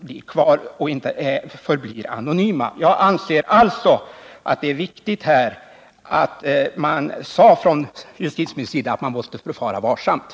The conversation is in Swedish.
Jag anser därför att det är viktigt att justitieministern sade att man måste förfara varsamt så att telefonavlyssning inte kränker anonymitetsskyddet.